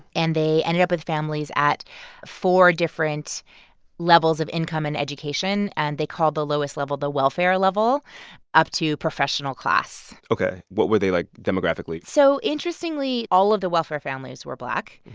and they ended up with families at four different levels of income and education. and they called the lowest level the welfare level up to professional class ok. what were they like demographically? so interestingly, all of the welfare families were black.